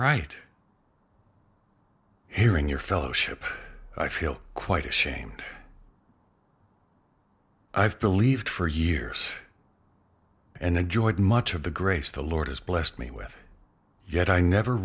right here in your fellowship i feel quite ashamed i've believed for years and enjoyed much of the grace the lord has blessed me with yet i never